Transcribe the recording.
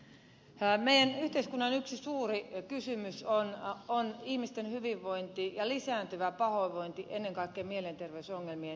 meidän yhteiskuntamme yksi suuri kysymys on ihmisten hyvinvointi ja lisääntyvä pahoinvointi ennen kaikkea mielenterveysongelmien myötä